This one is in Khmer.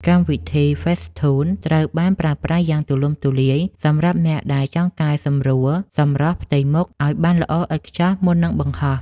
កម្មវិធី ហ្វេសធូន ត្រូវបានប្រើប្រាស់យ៉ាងទូលំទូលាយសម្រាប់អ្នកដែលចង់កែសម្រួលសម្រស់ផ្ទៃមុខឱ្យបានល្អឥតខ្ចោះមុននឹងបង្ហោះ។